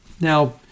Now